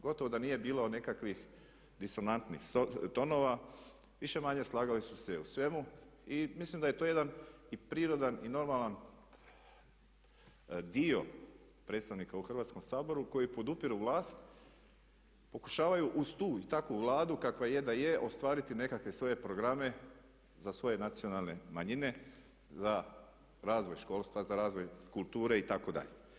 Gotovo da nije bilo nekakvih disonantnih tonova, više-manje slagali su se u svemu i mislim da je to jedan i prirodan i normalan dio predstavnika u Hrvatskom saboru koji podupiru vlast, pokušavaju uz tu i takvu Vladu kakva je da je, ostvariti nekakve svoje programe za svoje nacionalne manjine, za razvoj školstva, za razvoj kulture itd.